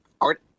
art